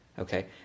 Okay